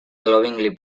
lovingly